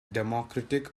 democratic